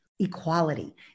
equality